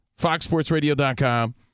FoxSportsRadio.com